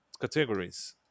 categories